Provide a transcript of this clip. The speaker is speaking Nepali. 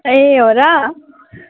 ए हो र